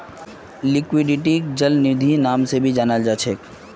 लिक्विडिटीक चल निधिर नाम से भी जाना जा छे